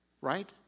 right